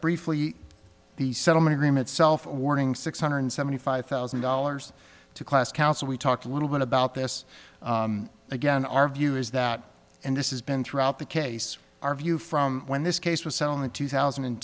briefly the settlement agreement self warning six hundred seventy five thousand dollars to class counsel we talked a little bit about this again our view is that and this is been throughout the case our view from when this case was settled the two thousand and